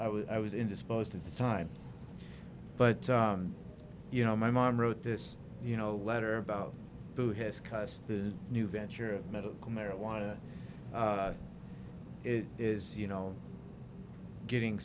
i was i was indisposed at the time but you know my mom wrote this you know letter about who has cuts the new venture of medical marijuana it is you know getting